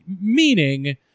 Meaning